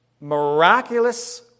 miraculous